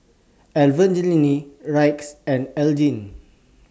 Evangeline Rex and Elgie